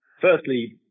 Firstly